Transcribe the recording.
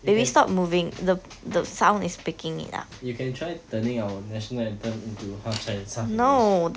you can you can try turning our national anthem into half chinese half english